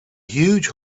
huge